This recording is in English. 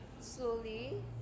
slowly